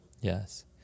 Yes